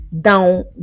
down